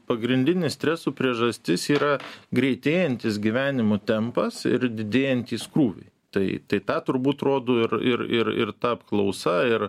pagrindinis stresų priežastis yra greitėjantis gyvenimo tempas ir didėjantys krūviai tai tai tą turbūt rodu ir ir ir ir ta apklausa ir